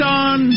on